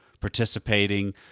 participating